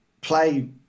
play